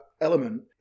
element